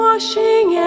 Washing